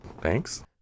Thanks